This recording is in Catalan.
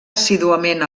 assíduament